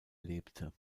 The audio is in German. lebte